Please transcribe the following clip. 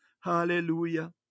hallelujah